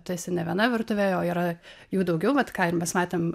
tu esi ne viena virtuvėje o yra jų daugiau vat ką ir mes matėm